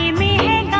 me